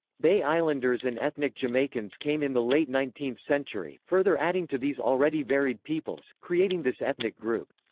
bay islanders and ethnic jamaicans came in the late nineteenth century, further adding to these already varied peoples, creating this ethnic group.